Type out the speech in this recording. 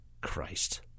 Christ